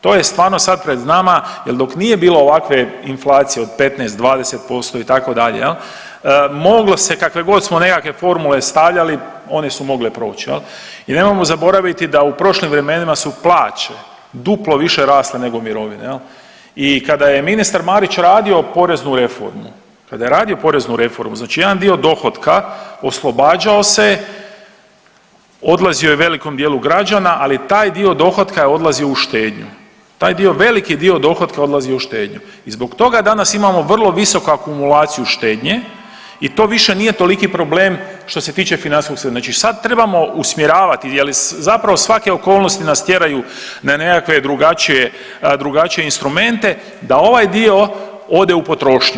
To je stvarno sad pred nama jer dok nije bilo ovakve inflacije od 15, 20%, itd., moglo se, kakve god smo nekakve formule stavljali, one su mogle proći i nemojmo zaboraviti da u prošlim vremenima su plaće duplo više rasle nego mirovine i kada je ministar Marić radio poreznu reformu, kada je radio poreznu reformu, znači jedan dio dohotka oslobađao se je, odlazio je velikom dijelu građana, ali taj dio dohotka je odlazio u štednju, taj dio, veliki dio dohotka je odlazio u štednju i zbog toga danas imamo vrlo visoku akumulaciju štednje i to više nije toliki problem što se tiče financijskog .../nerazumljivo/... znači sad trebamo usmjeravati jer zapravo svake okolnosti nas tjeraju na nekakve drugačije instrumente da ovaj dio ode u potrošnju.